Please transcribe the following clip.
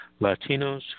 Latinos